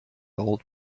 old